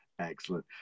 Excellent